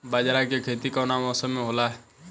बाजरा के खेती कवना मौसम मे होला?